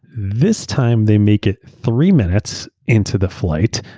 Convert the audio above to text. this time, they make it three minutes into the flight.